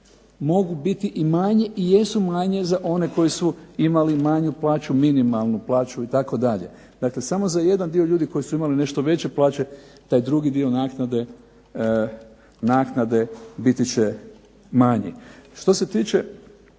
mogu biti manje i jesu manje za one koji su imali manju plaću, minimalnu plaću itd. dakle samo za jedan dio ljudi koji su imali veće plaće taj drugi dio naknade biti će manji. Što se tiče